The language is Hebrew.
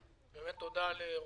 פניות.